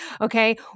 Okay